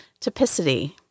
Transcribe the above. typicity